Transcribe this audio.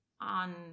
on